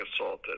assaulted